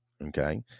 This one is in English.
okay